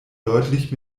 deutlich